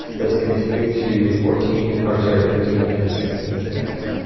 let's continue to fourteen or sorry fifteen and sixteen next.